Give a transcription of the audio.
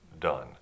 done